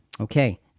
Okay